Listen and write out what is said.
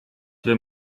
wir